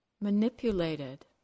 manipulated